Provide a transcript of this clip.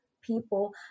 people